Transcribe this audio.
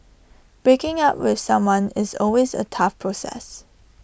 breaking up with someone is always A tough process